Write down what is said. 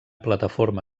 plataforma